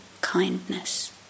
kindness